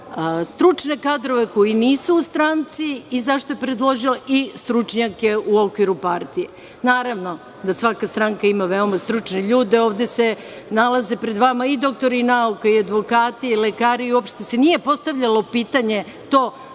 stručne kadrove koji nisu u stranci i zašto je predložila stručnjake u okviru partije? Naravno, svaka stranka ima veoma stručne ljude. Ovde se nalaze pred vama i doktori nauka, i advokati, i lekari. Uopšte se nije postavljalo to pitanje da neko